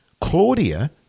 Claudia